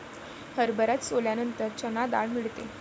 हरभरा सोलल्यानंतर चणा डाळ मिळते